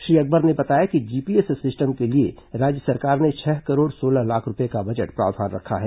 श्री अकबर ने बताया कि जीपीएस सिस्टम के लिए राज्य सरकार ने छह करोड़ सोलह लाख रूपये का बजट प्रावधान रखा है